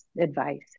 advice